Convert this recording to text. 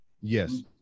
Yes